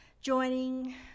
joining